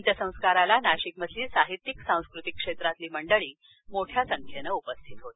अंत्यसंस्काराला नाशिकमधील साहित्यिक सांस्कृतिक क्षेत्रातील मंडळी मोठ्या संख्येनं उपस्थित होती